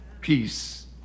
Peace